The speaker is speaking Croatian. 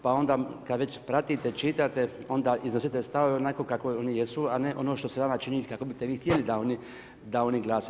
Pa onda kad već pratite, čitate onda iznosite stavove onako kako oni jesu, a ne ono što se vama čini kako biste vi htjeli da oni glase.